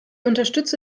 unterstütze